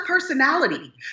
personality